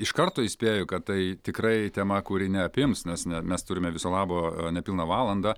iš karto įspėju kad tai tikrai tema kuri neapims nes ne mes turime viso labo nepilną valandą